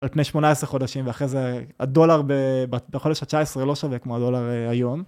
לפני 18 חודשים ואחרי זה הדולר בחודש ה-19 לא שווה כמו הדולר היום.